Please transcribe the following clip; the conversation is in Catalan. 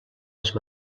les